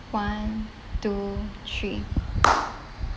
one two three